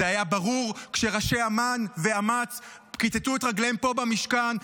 זה היה ברור כשראשי אמ"ן ואמ"ץ כיתתו את רגליהם פה במשכן,